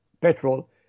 petrol